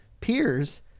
peers